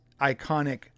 iconic